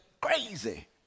crazy